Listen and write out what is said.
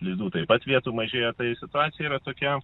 lizdų taip pat vietų mažėja tai situacija yra tokia